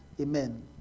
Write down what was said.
Amen